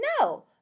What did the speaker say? No